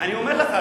אני אומר לך.